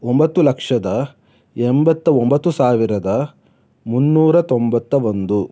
ಒಂಬತ್ತು ಲಕ್ಷದ ಎಂಬತ್ತ ಒಂಬತ್ತು ಸಾವಿರದ ಮುನ್ನೂರ ತೊಂಬತ್ತ ಒಂದು